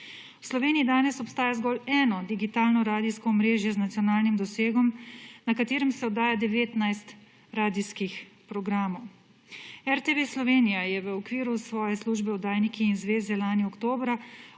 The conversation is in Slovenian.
V Sloveniji danes obstaja zgolj eno digitalno radijsko omrežje z nacionalnim dosegom, na katerem se oddaja 19 radijskih programov. RTV Slovenija je v okviru svoje službe Oddajniki in zveze lani oktobra